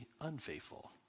Unfaithful